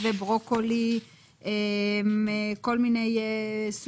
אני מחדש